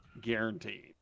guaranteed